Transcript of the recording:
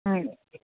ഉം